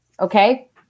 Okay